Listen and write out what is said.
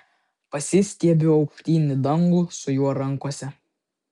pasistiebiu aukštyn į dangų su juo rankose